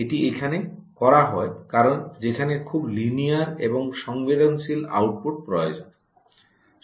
এটি এখানে করা হয় কারণ যেখানে খুব লিনিয়ার এবং সংবেদনশীল আউটপুট প্রয়োজন